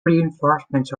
reinforcements